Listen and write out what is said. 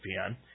ESPN